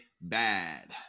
bad